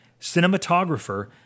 cinematographer